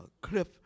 cliff